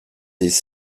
these